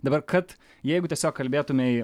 dabar kad jeigu tiesiog kalbėtumei